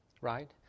Right